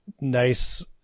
Nice